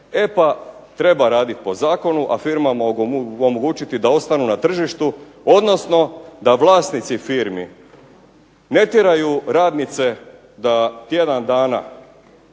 E pa treba raditi po zakonu, a firma mu omogućiti da ostanu na tržištu, odnosno da vlasnici firmi ne tjeraju radnice da tjedan dana